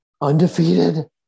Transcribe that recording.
Undefeated